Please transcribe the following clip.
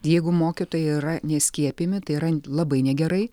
jeigu mokytojai yra neskiepijami tai yra labai negerai